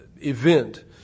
event